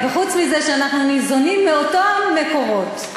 וחוץ מזה, אנחנו ניזונים מאותם מקורות.